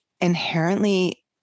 inherently